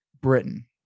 Britain